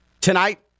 tonight